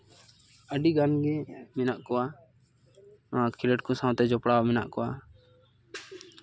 ᱟᱹᱰᱤ ᱜᱟᱱᱜᱮ ᱢᱮᱱᱟᱜ ᱠᱚᱣᱟ ᱱᱚᱣᱟ ᱠᱷᱮᱞᱳᱰ ᱠᱚ ᱥᱟᱶᱛᱮ ᱡᱚᱯᱲᱟᱣ ᱢᱮᱱᱟᱜ ᱠᱚᱣᱟ